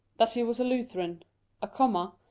that he was a lutheran a comma,